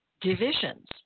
divisions